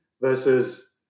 versus